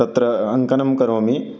अत्र अङ्कनं करोमि